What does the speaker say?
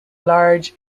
large